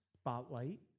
Spotlight